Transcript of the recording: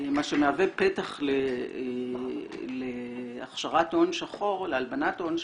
מה שמהווה פתח להכשרת הון שחור, להלבנת הון שחור.